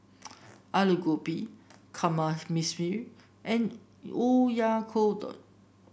Alu Gobi Kamameshi and Oyakodon